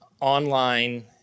online